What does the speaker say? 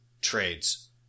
trades